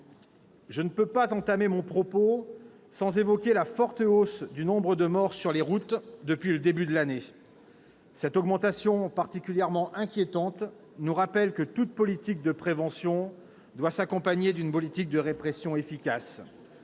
Je ne peux pas entamer mon intervention sans évoquer la forte hausse du nombre des morts sur les routes depuis le début de l'année. Cette augmentation particulièrement inquiétante nous rappelle que toute politique de prévention doit s'accompagner d'une politique de répression efficace.